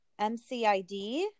MCID